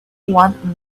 one